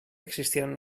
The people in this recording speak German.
existieren